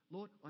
Lord